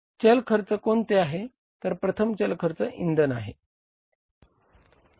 चल खर्च कोणते आहे तर प्रथम चल खर्च इंधन आहे